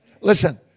Listen